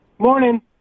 morning